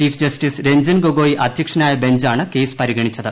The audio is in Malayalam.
ചീഫ് ജസ്റ്റിസ് രഞ്ജൻ ഗൊഗോയ് അധ്യക്ഷനായ ബഞ്ചാണ് കേസ് പരിഗണിച്ചത്